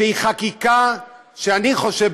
שהיא חקיקה שאני חושב,